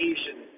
Asian